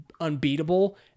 unbeatable